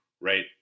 right